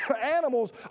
animals